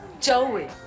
Joey